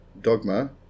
dogma